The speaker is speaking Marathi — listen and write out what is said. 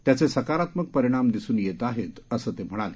त्याचे सकारात्मक परिणाम दिसून येत आहेत असं ते म्हणाले